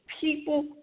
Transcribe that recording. people